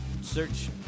search